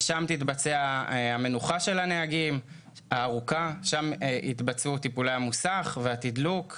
שם גם תתבצע המנוחה הארוכה של הנהגים ושם יתבצעו טיפולי המוסך והתדלוק.